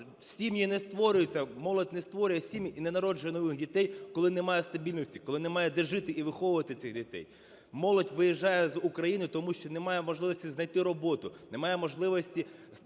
Сім'ї не створюються, молодь не створює сім'ї і не народжує нових дітей, коли немає стабільності, коли немає, де жити і виховувати цих дітей. Молодь виїжджає з України, тому що немає можливості знайти роботу, немає можливості створити свій